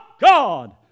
God